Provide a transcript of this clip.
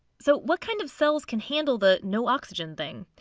so what kind of cells can handle the no oxygen thing?